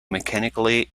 mechanically